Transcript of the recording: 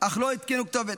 אך לא עדכנו כתובת,